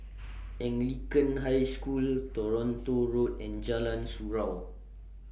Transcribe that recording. Anglican High School Toronto Road and Jalan Surau